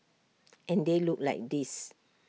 and they look like this